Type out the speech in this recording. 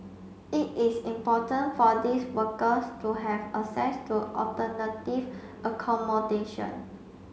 it is important for these workers to have access to alternative accommodation